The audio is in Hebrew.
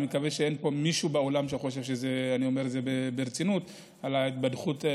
ואני מקווה שאין פה מישהו באולם שחושב שאמרתי ברצינות את ההתבדחות.